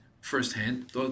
firsthand